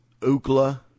Ukla